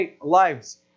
lives